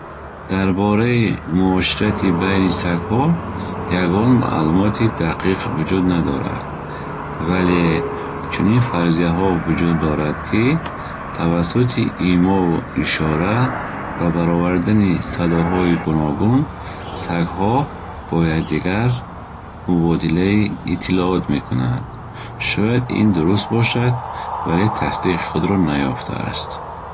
Дар бораи муоширати байни сагҳо ягон маълумоти дақиқ вуҷуд надорад. вале чунин фарзияҳо вуҷуд дорад, ки тавассути имову ишора ва баровардани садоҳои гуногун сагҳо бо якдигар мубодилаи иттилоот мекунанд. Шояд ин дуруст бошад, вале тасдиқи худро наёфтааст.